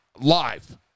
live